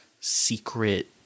secret